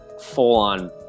full-on